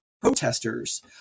protesters